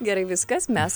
gerai viskas mes